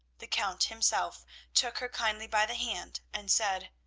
the count himself took her kindly by the hand, and said,